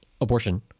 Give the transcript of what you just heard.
abortion